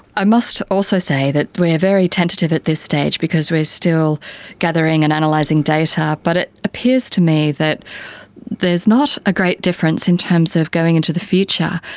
i must also say that we are very tentative at this stage because we are still gathering and analysing data. but it appears to me that there's not a great difference in terms of going into the future,